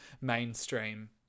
mainstream